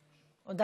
עשר, לא?